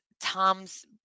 Tom's